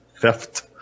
theft